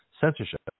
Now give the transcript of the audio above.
censorship